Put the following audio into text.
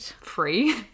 free